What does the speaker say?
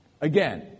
Again